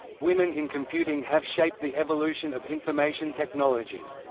women in computing have shaped the evolution of information technology.